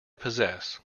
possess